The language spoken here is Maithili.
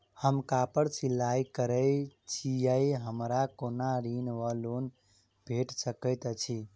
हम कापड़ सिलाई करै छीयै हमरा कोनो ऋण वा लोन भेट सकैत अछि?